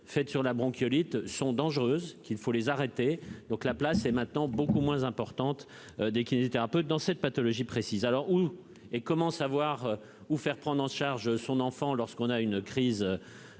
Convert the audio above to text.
faites sur la bronchiolite sont dangereuses qu'il faut les arrêter, donc la place est maintenant beaucoup moins importante, dès qu'il était un peu dans cette pathologie précise alors : où et comment savoir ou faire prendre en charge son enfant, lorsqu'on a une crise